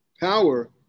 power